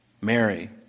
Mary